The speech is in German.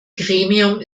gremium